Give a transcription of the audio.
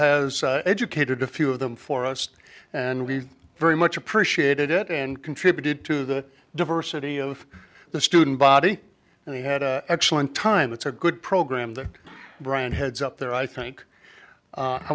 has educated a few of them for us and we very much appreciated it and contributed to the diversity of the student body and we had excellent time it's a good program that brian heads up there i think